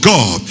God